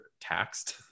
taxed